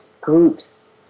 groups